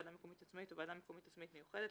ועדה מקומית עצמאית או ועדה מקומית עצמאית מיוחדת,